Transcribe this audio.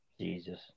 Jesus